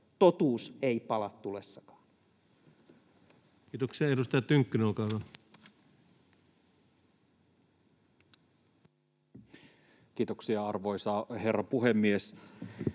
Totuus ei pala tulessakaan. Kiitoksia. — Edustaja Tynkkynen, olkaa hyvä. Kiitoksia, arvoisa herra puhemies!